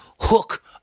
Hook